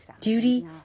duty